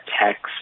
text